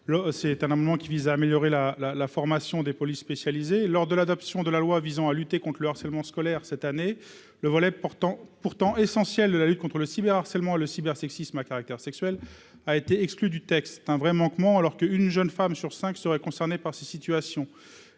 l'c'est un amendement qui vise à améliorer la, la, la formation des polices spécialisées lors de l'adoption de la loi visant à lutter contre le harcèlement scolaire cette année, le volet pourtant pourtant essentiel de la lutte contre le cyber-harcèlement le cyber sexisme à caractère sexuel, a été exclue du texte, un vraiment que, alors que, une jeune femme sur 5 serait concerné par ces situations,